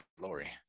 Lori